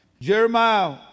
jeremiah